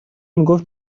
میگفت